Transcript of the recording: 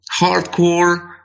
hardcore